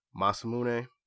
Masamune